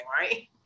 right